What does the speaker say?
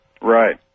Right